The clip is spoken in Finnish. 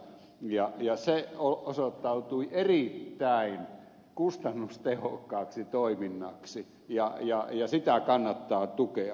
ja se osoittautui erittäin kustannustehokkaaksi toiminnaksi ja sitä kannattaa tukea